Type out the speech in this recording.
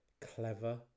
clever